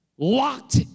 locked